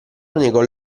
negò